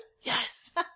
Yes